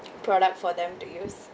product for them to use